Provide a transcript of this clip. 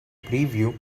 preview